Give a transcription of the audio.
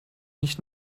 nicht